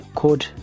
code